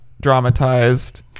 dramatized